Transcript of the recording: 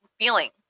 feeling